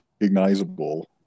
recognizable